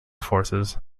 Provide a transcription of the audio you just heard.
forces